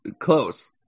Close